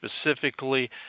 specifically